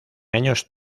años